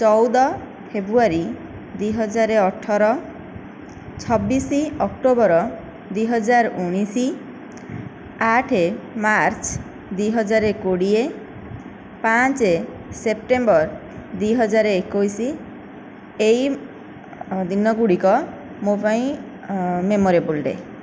ଚଉଦ ଫେବୃୟାରୀ ଦୁଇ ହଜାର ଅଠର ଛବିଶ ଅକ୍ଟୋବର ଦୁଇ ହଜାର ଉଣେଇଶ୍ ଆଠ ମାର୍ଚ୍ଚ ଦୁଇ ହଜାରେ କୋଡ଼ିଏ ପାଞ୍ଚ ସେପ୍ଟେମ୍ବର ଦୁଇ ହଜାର ଏକୋଇଶ ଏହି ଦିନ ଗୁଡ଼ିକ ମୋ ପାଇଁ ମେମୋରେବଲ ଡ଼େ